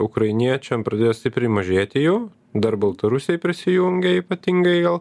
ukrainiečiam pradėjo stipriai mažėti jų dar baltarusiai prisijungė ypatingai gal